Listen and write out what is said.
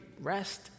rest